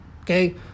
okay